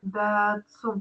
bet su